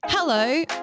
Hello